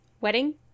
wedding